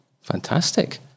Fantastic